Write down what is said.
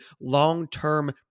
long-term